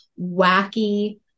wacky